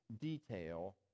detail